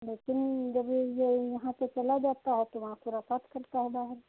लेकिन जब इ जय यहाँ पर चला जाता है तो वहाँ फिर करता है बाहर